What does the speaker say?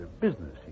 business